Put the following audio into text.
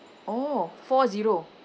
oh four zero